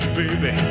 baby